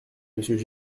monsieur